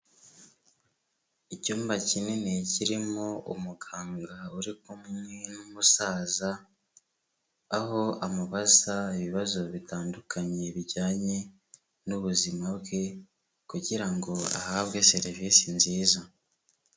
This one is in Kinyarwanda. Icyumba kinini kirimo umuganga uri kumwe n'umusaza, aho amubaza ibibazo bitandukanye, bijyanye n'ubuzima bwe, kugirango ahabwe serivisi nziza.